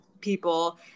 people